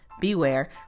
Beware